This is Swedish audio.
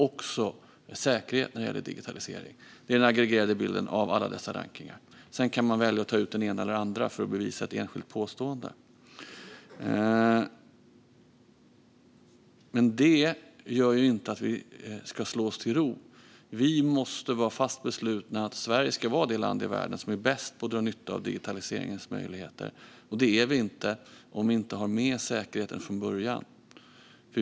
Det gäller även säkerhet. Det är den aggregerade bilden av alla dessa rankningar. Sedan kan man välja att ta ut den ena eller den andra för att bevisa ett enskilt påstående. Men detta gör inte att vi ska slå oss till ro. Vi måste vara fast beslutna att Sverige ska vara det land i världen som är bäst på att dra nytta av digitaliseringens möjligheter. Det är vi inte om inte säkerheten är med från början.